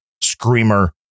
screamer